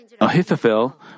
Ahithophel